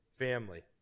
family